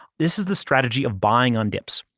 this is the strategy of buying on dips,